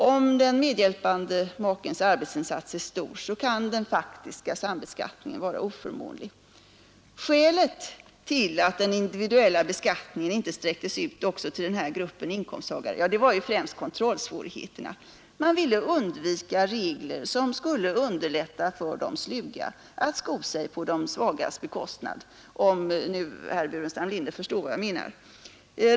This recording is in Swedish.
Om den medhjälpande makens arbetsinsats är stor, kan den faktiska sambeskattningen vara oförmånlig. Skälet till att den individuella beskattningen inte utsträcktes också till den här gruppen av inkomsttagare var främst kontrollsvårigheterna. Man ville undvika regler som skulle underlätta för de sluga att sko sig på de svagas bekostnad om herr Burenstam Linder förstår vad jag menar.